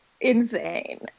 insane